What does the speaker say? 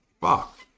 fuck